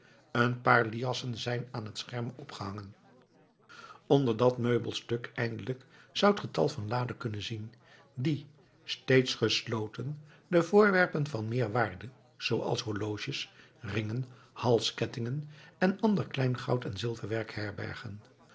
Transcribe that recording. een paar liassen zijn aan het scherm opgehangen onder dat meubelstuk eindelijk zoudt ge tal van laden kunnen zien die steeds gesloten de voorwerpen van meer waarde zooals horloges ringen halskettingen en ander klein goud en zilverwerk herbergen